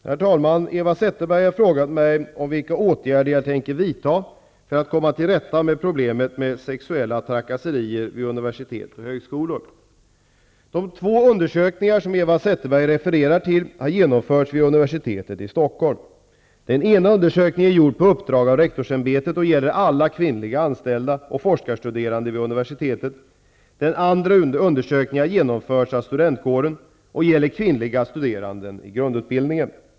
Herr talman! Eva Zetterberg har frågat mig vilka åtgärder jag tänker vidta för att komma till rätta med problemet med sexuella trakasserier vid universitet och högskolor. De två undersökningar som Eva Zetterberg refererar till har genomförts vid universitetet i Stockholm. Den ena undersökningen är gjord på uppdrag av rektorsämbetet och gäller alla kvinnliga anställda och forskarstuderande vid universitetet. Den andra undersökningen har genomförts av studentkåren och gäller kvinnliga studerande i grundutbildningen.